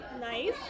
nice